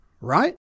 right